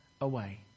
away